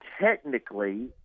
technically